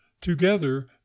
Together